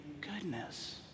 goodness